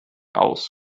aus